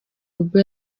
ubwo